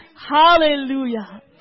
Hallelujah